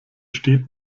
steht